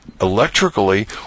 electrically